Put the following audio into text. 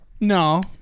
no